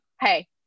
Hey